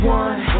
one